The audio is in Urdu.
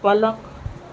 پلنگ